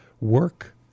work